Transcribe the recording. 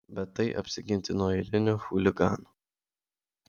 bet tai apsiginti nuo eilinių chuliganų